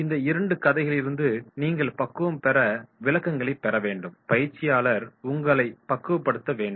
இந்த இரண்டு கதைகளிலிருந்து நீங்கள் பக்குவம்பெற விளக்கங்களை பெற வேண்டும் பயிற்சியாளர் உங்களை பக்குவப்படுத்த வேண்டும்